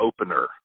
opener